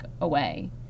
away